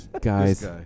Guys